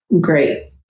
great